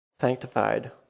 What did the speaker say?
sanctified